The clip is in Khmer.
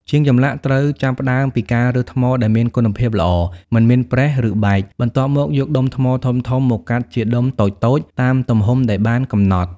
ជាងចម្លាក់ត្រូវចាប់ផ្ដើមពីការរើសថ្មដែលមានគុណភាពល្អ មិនមានប្រេះ ឬបែក បន្ទាប់មកយកដុំថ្មធំៗមកកាត់ជាដុំតូចៗ តាមទំហំដែលបានកំណត់។